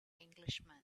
englishman